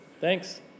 Thanks